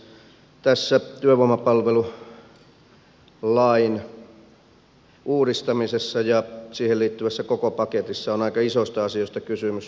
tässä työvoimapalvelulain uudistamisessa ja siihen liittyvässä koko paketissa on aika isoista asioista kysymys